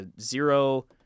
Zero